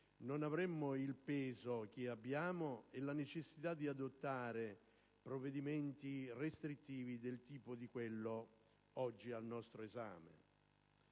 non avremmo il peso che abbiamo e la necessità di adottare provvedimenti restrittivi del tipo di quelli al nostro esame.